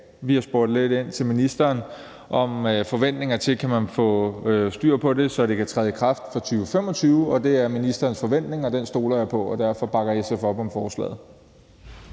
vi har spurgt ministeren lidt ind til forventningerne til, om man kan få styr på det, så det kan træde i kraft fra 2025. Det er ministerens forventning, og den stoler jeg på, og derfor bakker SF op om forslaget.